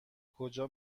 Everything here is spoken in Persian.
کجا